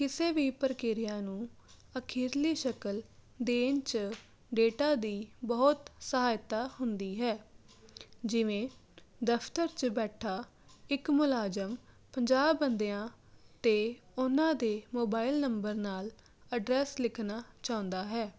ਕਿਸੇ ਵੀ ਪ੍ਰਕਿਰਿਆ ਨੂੰ ਅਖੀਰਲੀ ਸ਼ਕਲ ਦੇਣ 'ਚ ਡੇਟਾ ਦੀ ਬਹੁਤ ਸਹਾਇਤਾ ਹੁੰਦੀ ਹੈ ਜਿਵੇਂ ਦਫਤਰ 'ਚ ਬੈਠਾ ਇੱਕ ਮੁਲਾਜ਼ਮ ਪੰਜਾਹ ਬੰਦਿਆਂ ਅਤੇ ਉਹਨਾਂ ਦੇ ਮੋਬਾਈਲ ਨੰਬਰ ਨਾਲ ਐਡਰੈਸ ਲਿਖਣਾ ਚਾਹੁੰਦਾ ਹੈ